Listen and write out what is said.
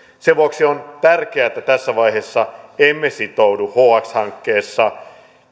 sen vuoksi on tärkeää että tässä vaiheessa emme sitoudu hx hankkeessa